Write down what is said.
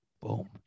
boom